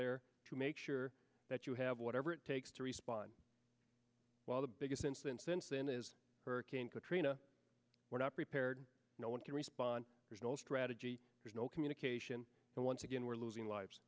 there to make sure that you have whatever it takes to respond well the biggest incident since then is hurricane katrina we're not prepared no one can respond there's no strategy there's no communication and once again we're losing lives